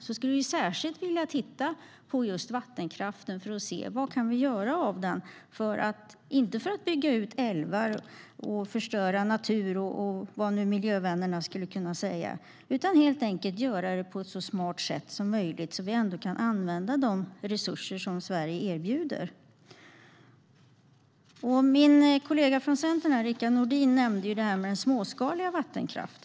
Då skulle vi särskilt vilja titta på just vattenkraften för att se vad vi kan göra av den, inte för att bygga ut älvar och förstöra natur - vad nu miljövännerna skulle ha att invända - utan helt enkelt göra det på ett så smart sätt som möjligt för att vi ska kunna använda de resurser som Sverige erbjuder. Min kollega från Centern, Rickard Nordin, nämnde detta med småskalig vattenkraft.